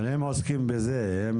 אבל הם עוסקים בזה.